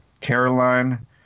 Caroline